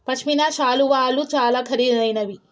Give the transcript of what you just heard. పశ్మిన శాలువాలు చాలా ఖరీదైనవి